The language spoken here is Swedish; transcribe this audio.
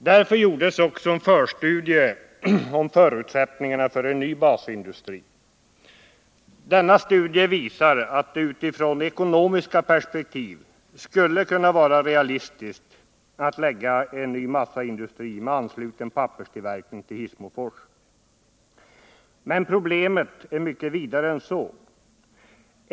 Därför gjordes också en förstudie om förutsättningarna för en ny Nr 55 | basindustri. Denna studie visar att det utifrån ekonomiska perspektiv skulle Måndagen den kunna vara realistiskt att lägga en ny massaindustri med ansluten pappers 17 december 1979 | tillverkning till Hissmofors. Men problemet är mycket vidare än så.